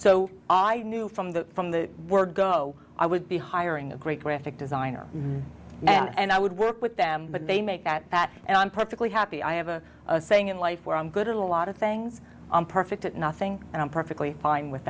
so i knew from the from the word go i would be hiring a great graphic designer and i would work with them but they make at that and i'm perfectly happy i have a saying in life where i'm good at a lot of things i'm perfect at nothing and i'm perfectly fine with